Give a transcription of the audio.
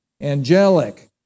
angelic